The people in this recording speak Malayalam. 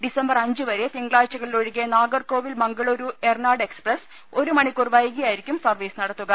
ഡിസംബർ അഞ്ചു വരെ തിങ്കളാഴ്ചകളിൽ ഒഴികെ നാഗർ കോവിൽ മംഗളുരു ഏറനാട് എക്സ്പ്രസ് ഒരു മണിക്കൂർ വൈകിയായിരിക്കും സർവീസ് നടത്തുക